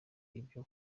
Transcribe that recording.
ibyo